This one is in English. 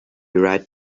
right